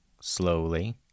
slowly